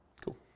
Cool